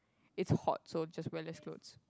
it's hot so just wear less clothes